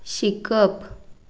शिकप